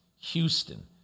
Houston